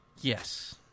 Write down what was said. Yes